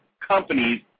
companies